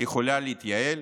יכולה להתייעל?